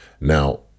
Now